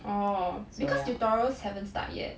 oh because tutorials haven't start yet